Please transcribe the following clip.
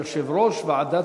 יושב-ראש ועדת